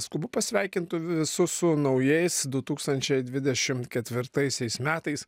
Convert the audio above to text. skubu pasveikint visus su naujais du tūkstančiai dvidešimt ketvirtaisiais metais